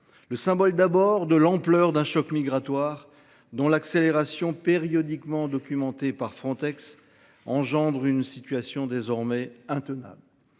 le symbole, d’abord, de l’ampleur d’un choc migratoire dont l’accélération, périodiquement documentée par les chiffres de Frontex, engendre une situation désormais intenable